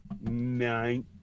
nine